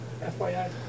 FYI